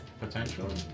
Potentially